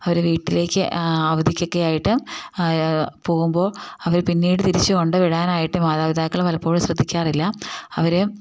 അവർ വീട്ടിലേക്ക് അവധിക്കൊക്കെ ആയിട്ട് പോവുമ്പോൾ അവർ പിന്നീട് തിരിച്ചു കൊണ്ട് വിടാനായിട്ട് മാതാപിതാക്കളും പലപ്പോഴും ശ്രദ്ധിക്കാറില്ല അവർ